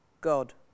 God